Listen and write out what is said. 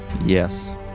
Yes